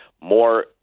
more